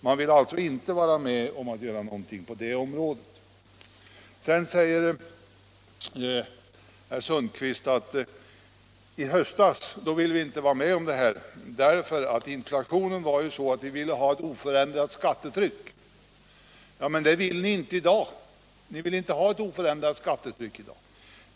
Man vill alltså inte vara med om att göra någonting på det området. Herr Sundkvist sade att i höstas ville man inte vara med om det därför att inflationen var sådan att man ville ha ett oförändrat skattetryck. Men i dag vill ni inte ha oförändrat skattetryck.